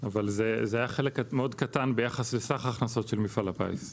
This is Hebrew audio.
אבל זה היה חלק מאוד קטן ביחס לסך ההכנסות של מפעל הפיס.